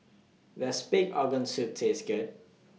Does Pig Organ Soup Taste Good